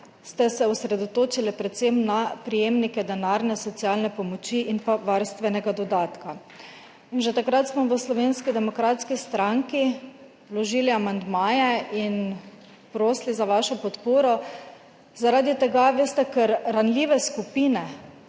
ste se osredotočili predvsem na prejemnike denarne socialne pomoči in varstvenega dodatka. Že takrat smo v Slovenski demokratski stranki vložili amandmaje in prosili za vašo podporo, ker ranljive skupine